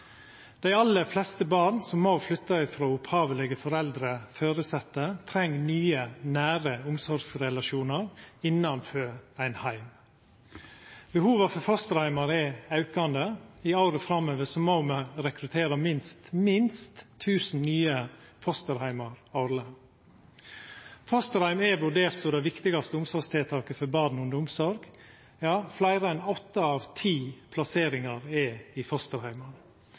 Dei aller fleste barna som må flytta frå opphavlege foreldre eller føresette, treng nye, nære omsorgsrelasjonar innanfor ein heim. Behovet for fosterheimar er aukande. I åra framover må me rekruttera minst 1 000 nye fosterheimar årleg. Fosterheim er vurdert som det viktigaste omsorgstiltaket for barn under omsorg. Ja, fleire enn åtte av ti plasseringar er i